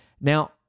Now